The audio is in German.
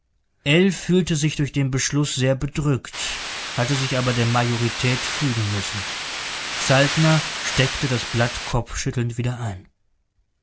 fühlte sich durch den beschluß sehr bedrückt hatte sich aber der majorität fügen müssen saltner steckte das blatt kopfschüttelnd wieder ein